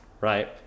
right